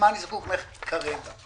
למה אני זקוק ממך כרגע.